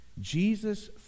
Jesus